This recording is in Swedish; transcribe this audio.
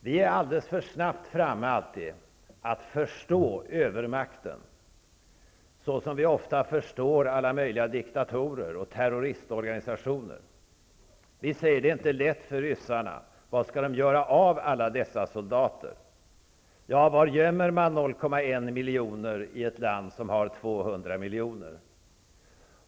Vi förstår alltid alldeles för snabbt övermakten, precis som vi ofta förstår alla möjliga diktatorer och terroristorganisationer. Vi säger: Det är inte lätt för ryssarna. Var skall de göra av alla dessa soldater? Ja, var gömmer man 0,1 miljoner människor i ett land som har 200 miljoner.